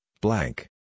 blank